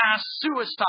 suicide